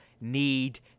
need